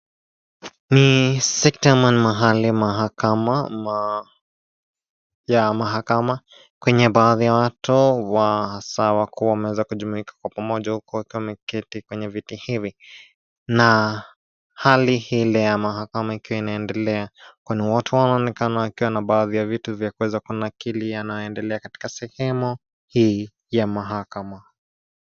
Ni sekta ama mahali ya mahakama, kwenye baadhi ya watu wa hasa ambao wameweza kujumuika pamoja wakiwa wameketi kwenye viti hivi na hali hile ya mahakama ikiwa inaendelea kwani watu wanaonekana wakiwa na vitu vya kunakili yanayoendelea katika sehemu hii ya mahakama.